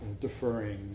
deferring